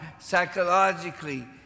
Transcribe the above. psychologically